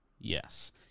Yes